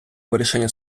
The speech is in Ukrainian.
вирішення